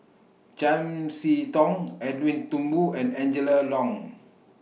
Chiam See Tong Edwin Thumboo and Angela Liong